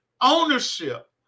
ownership